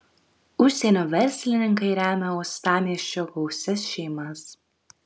užsienio verslininkai remia uostamiesčio gausias šeimas